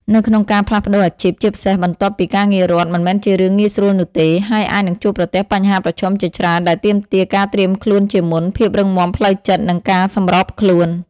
នៅក្នុងការផ្លាស់ប្តូរអាជីព ជាពិសេសបន្ទាប់ពីការងាររដ្ឋ មិនមែនជារឿងងាយស្រួលនោះទេ ហើយអាចនឹងជួបប្រទះបញ្ហាប្រឈមជាច្រើនដែលទាមទារការត្រៀមខ្លួនជាមុន ភាពរឹងមាំផ្លូវចិត្ត និងការសម្របខ្លួន។